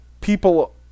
people